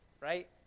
right